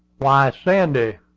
why, sandy,